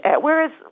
whereas